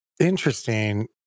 interesting